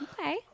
Okay